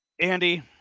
Andy